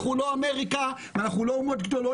אנחנו לא אמריה ואנחנו לא אומות גדולות.